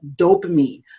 dopamine